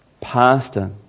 pastor